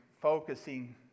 focusing